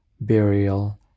burial